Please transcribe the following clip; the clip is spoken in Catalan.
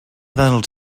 dels